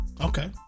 Okay